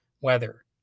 weather